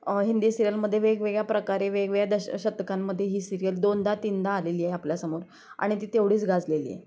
हिंदी सिरियलमध्ये वेगवेगळ्या प्रकारे वेगवेगळ्या दश शतकांमध्ये ही सिरियल दोनदा द तीनदा आलेली आहे आपल्यासमोर आणि ती तेवढीच गाजलेली आहे